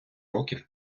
років